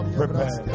prepare